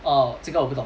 oh 这个我不懂